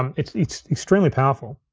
um it's it's extremely powerful.